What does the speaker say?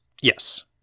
Yes